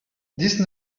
dix